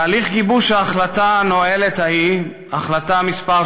תהליך גיבוש ההחלטה הנואלת ההיא, החלטה מס'